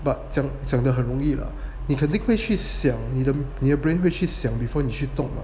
but 讲讲得很容易啦你肯定会去想你的 brain 去动啦 before 去动啦